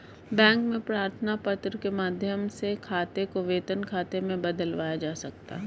bank में प्रार्थना पत्र के माध्यम से खाते को वेतन खाते में बदलवाया जा सकता है